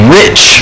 rich